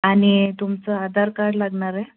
आणि तुमचं आधार कार्ड लागणार आहे